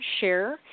share